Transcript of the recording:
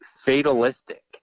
fatalistic